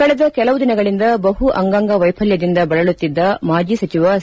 ಕಳೆದ ಕೆಲವು ದಿನಗಳಂದ ಬಹು ಅಂಗಾಂಗ ವೈಫಲ್ಡದಿಂದ ಬಳಲುತ್ತಿದ್ದ ಮಾಜಿ ಸಚಿವ ಸಿ